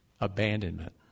Abandonment